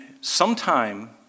sometime